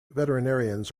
veterinarians